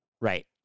Right